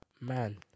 man